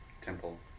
Temple